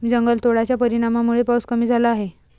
जंगलतोडाच्या परिणामामुळे पाऊस कमी झाला आहे